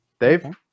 dave